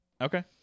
Okay